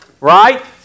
Right